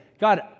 God